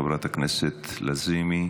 חברת הכנסת לזימי,